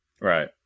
Right